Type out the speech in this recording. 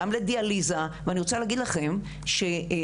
גם לדיאליזה ואני רוצה להגיד לכם שטרמפ